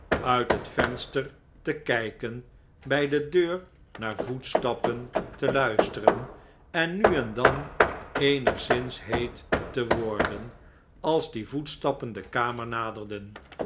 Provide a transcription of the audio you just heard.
uit het venster te kijken bij de deur naar voetstappen te luisteren en nu en dan eenigszins heet te worden als die voetstappen de kamer naderden